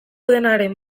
denaren